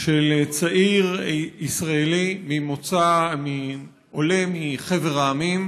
של צעיר ישראלי, עולה מחבר המדינות,